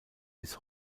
bis